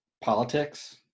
Politics